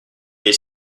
les